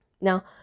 Now